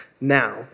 Now